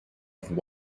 and